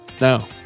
No